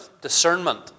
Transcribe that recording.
discernment